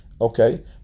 Okay